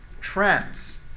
trends